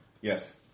Yes